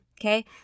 okay